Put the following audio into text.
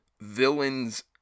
villains